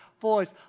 voice